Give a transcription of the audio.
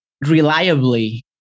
reliably